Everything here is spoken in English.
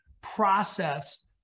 process